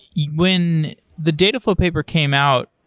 yeah when the dataflow paper came out,